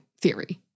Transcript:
theory